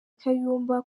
kayumba